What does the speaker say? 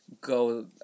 go